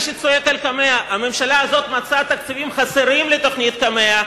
מי שצועק על קמ"ע: הממשלה הזאת מצאה תקציבים חסרים לתוכנית קמ"ע,